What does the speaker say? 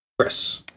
Chris